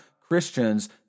Christians